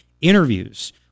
interviews